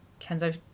Kenzo